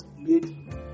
made